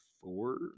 four